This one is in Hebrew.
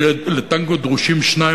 לטנגו דרושים שניים,